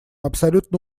абсолютно